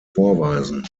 vorweisen